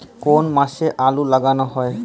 কোন মাসে আলু লাগানো হয়?